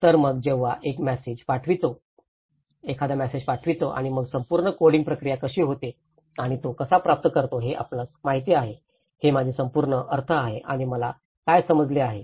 तर मग जेव्हा एखादा मॅसेज पाठवितो आणि मग संपूर्ण कोडिंग प्रक्रिया कशी होते आणि तो कसा प्राप्त करतो हे आपणास माहित आहे हे माझे संपूर्ण अर्थ आहे आणि मला काय समजले आहे